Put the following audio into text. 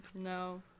No